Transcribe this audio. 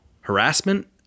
harassment